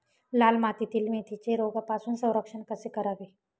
लाल मातीतील मेथीचे रोगापासून संरक्षण कसे करावे?